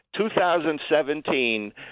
2017